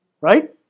right